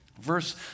verse